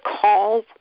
call